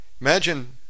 Imagine